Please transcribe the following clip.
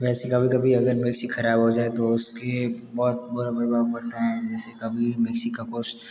वैसे कभी कभी अगर मिक्सी खराब हो जाए तो उसकी बहुत बुरा प्रभाव पड़ता है जैसे कभी मिक्सी का कुछ